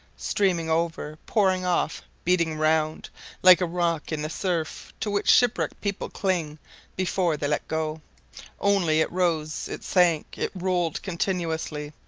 streaming over, pouring off, beating round like a rock in the surf to which shipwrecked people cling before they let go only it rose, it sank, it rolled continuously,